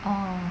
mm